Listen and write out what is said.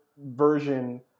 version